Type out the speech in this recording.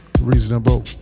Reasonable